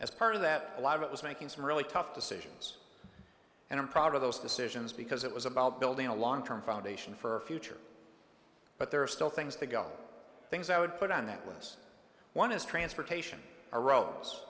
as part of that a lot of it was making some really tough decisions and i'm proud of those decisions because it was about building a long term foundation for a future but there are still things to go things i would put on that list one is transportation arose